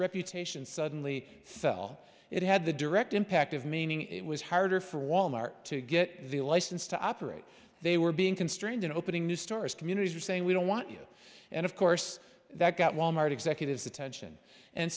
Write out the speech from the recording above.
reputation suddenly fell it had the direct impact of meaning it was harder for wal mart to get the license to operate they were being constrained in opening new stores communities are saying we don't want you and of course that got wal mart executives attention and